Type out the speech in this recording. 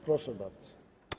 Proszę bardzo.